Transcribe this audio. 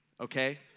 okay